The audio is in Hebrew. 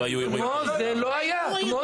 כמו זה לא היה.